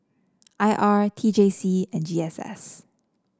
I R T J C and G S S